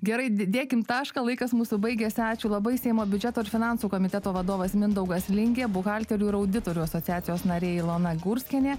gerai d dėkim tašką laikas mūsų baigėsi ačiū labai seimo biudžeto ir finansų komiteto vadovas mindaugas lingė buhalterių ir auditorių asociacijos nariai ilona gurskienė